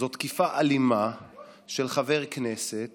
זאת תקיפה אלימה של חבר כנסת